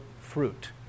fruit